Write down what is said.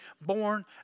born